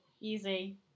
Easy